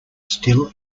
still